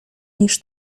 niż